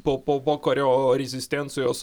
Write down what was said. po po pokario rezistencijos